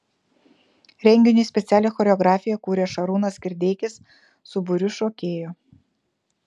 renginiui specialią choreografiją kūrė šarūnas kirdeikis su būriu šokėjų